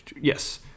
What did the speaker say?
Yes